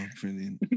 brilliant